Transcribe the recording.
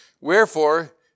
Wherefore